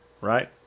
right